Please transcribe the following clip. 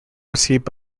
received